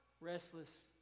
restless